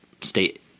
state